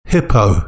Hippo